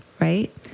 right